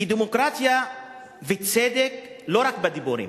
כי דמוקרטיה וצדק, לא רק בדיבורים